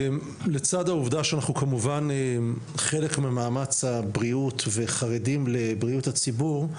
לצד העובדה שאנחנו כמובן חלק ממאמץ הבריאות וחרדים לבריאות הציבור,